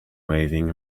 waving